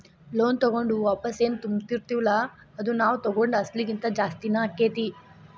loan ತಗೊಂಡು ವಾಪಸೆನ್ ತುಂಬ್ತಿರ್ತಿವಲ್ಲಾ ಅದು ನಾವ್ ತಗೊಂಡ್ ಅಸ್ಲಿಗಿಂತಾ ಜಾಸ್ತಿನ ಆಕ್ಕೇತಿ